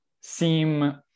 seem